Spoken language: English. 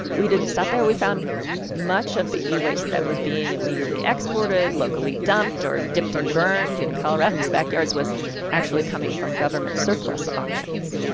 we didn't stop there. we found much of the e-waste that was being illegally exported, locally dumped or dipped and burned in coloradans' backyards was actually coming from government surplus auctions.